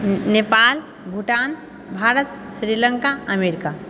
Nepal Bhutan Bharat Sri Lanka America